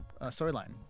storyline